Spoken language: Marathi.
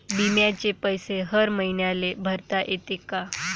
बिम्याचे पैसे हर मईन्याले भरता येते का?